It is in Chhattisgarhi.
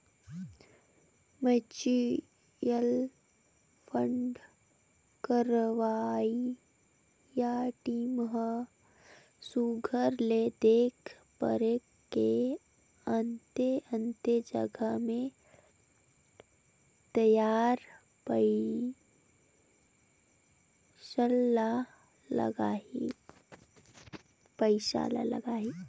म्युचुअल फंड करवइया टीम ह सुग्घर ले देख परेख के अन्ते अन्ते जगहा में तोर पइसा ल लगाहीं